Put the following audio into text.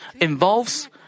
involves